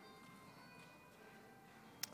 הכי